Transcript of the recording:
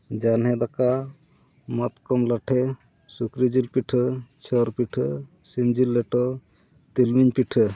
ᱡᱟᱱᱦᱮ ᱫᱟᱠᱟ ᱢᱟᱛᱠᱚᱢ ᱞᱟᱴᱷᱮ ᱥᱩᱠᱨᱤ ᱡᱤᱞ ᱯᱤᱴᱷᱟᱹ ᱪᱷᱚᱨ ᱯᱤᱴᱷᱟᱹ ᱥᱤᱢ ᱡᱤᱞ ᱞᱮᱴᱚ ᱛᱤᱞᱢᱤᱧ ᱯᱤᱴᱷᱟᱹ